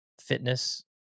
fitness